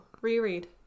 Reread